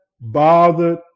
bothered